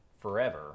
forever